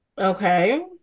Okay